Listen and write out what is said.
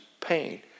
pain